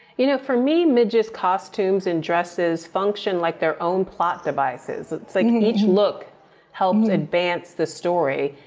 you know, for me, midge's costumes and dresses function like their own plot devices. it's like each look helps advance the story.